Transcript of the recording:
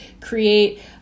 create